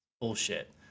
Bullshit